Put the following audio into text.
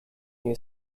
you